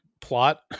plot